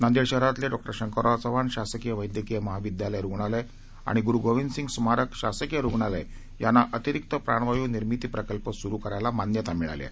नांदेड शहरातले डॉ शंकरराव चव्हाण शासकीय वद्धकीय महाविद्यालय रूग्णालय आणि गुरू गोविंदसिंघ स्मारक शासकीय रुग्णालय यांना अतिरिक्त प्राणवायू निर्मिती प्रकल्प सुरू करण्यास मान्यता मिळाली आहे